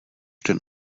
ten